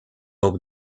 over